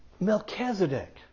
Melchizedek